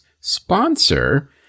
sponsor